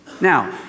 Now